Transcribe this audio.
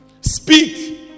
Speak